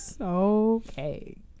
okay